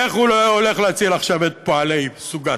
איך הוא הולך להציל עכשיו את פועלי "סוגת",